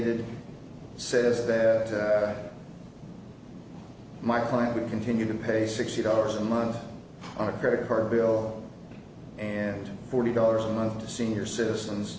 stated said that my client would continue to pay sixty dollars a month on a credit card bill and forty dollars a month to senior citizens